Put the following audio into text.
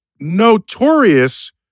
notorious